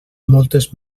moltes